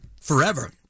forever